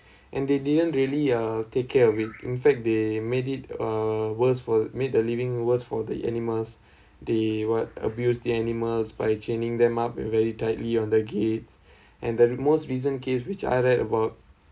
and they didn't really uh take care of it in fact they made it uh worst for made a living worst for the animals they what abuse the animals by chaining them up and very tightly on the gates and then most recent case which I read about